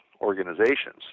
organizations